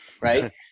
right